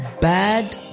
bad